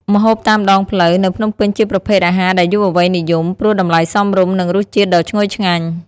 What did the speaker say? ម្ហូបតាមដងផ្លូវ នៅភ្នំពេញជាប្រភេទអាហារដែលយុវវ័យនិយម ព្រោះតម្លៃសមរម្យ និងរសជាតិដ៏ឈ្ងុយឆ្ងាញ់។